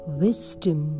wisdom